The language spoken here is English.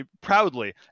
proudly